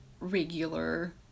regular